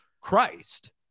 Christ